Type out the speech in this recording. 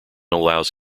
allows